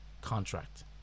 contract